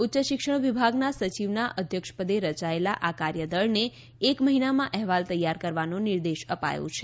ઉચ્યશિક્ષણ વિભાગના સચિવના અધ્યક્ષપદે રયાયેલા આ કાર્યદળને એક મહિનામાં અહેવાલ તૈયાર કરવાનો નિર્દેશ અપાયો છે